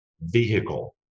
vehicle